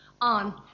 on